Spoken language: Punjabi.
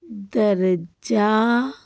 ਦਰਜਾ